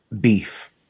beef